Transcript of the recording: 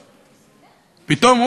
פתאום,